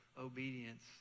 obedience